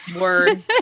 Word